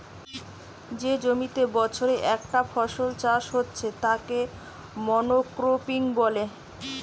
যে জমিতে বছরে একটা ফসল চাষ হচ্ছে তাকে মনোক্রপিং বলে